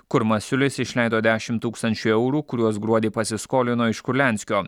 kur masiulis išleido dešim tūkstančių eurų kuriuos gruodį pasiskolino iš kurlianskio